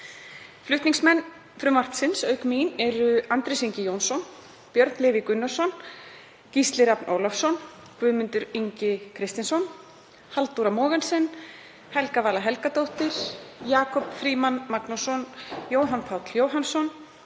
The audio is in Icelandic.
Flutningsmenn frumvarpsins auk mín eru hv. þingmenn Andrés Ingi Jónsson, Björn Leví Gunnarsson, Gísli Rafn Ólafsson, Guðmundur Ingi Kristinsson, Halldóra Mogensen, Helga Vala Helgadóttir, Jakob Frímann Magnússon, Jóhann Páll Jóhannsson,